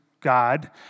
God